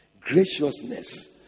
Graciousness